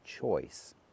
choice